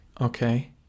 Okay